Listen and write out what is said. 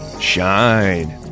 Shine